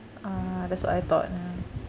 ah that's what I thought ya mm